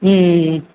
ம் ம் ம்